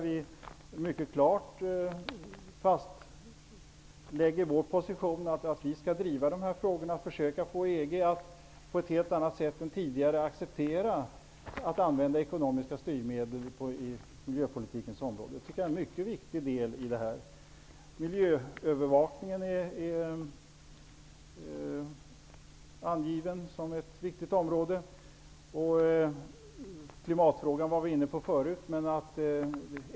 Vi fastlägger vår position mycket klart, att vi skall driva dessa frågor och försöka få EG att på ett helt annat sätt än tidigare acceptera att använda ekonomiska styrmedel på miljöpolitikens område. Det är en mycket viktig del. Miljöövervakning anges som ett viktigt område. Klimatfrågan var vi inne på förut.